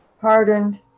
hardened